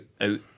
out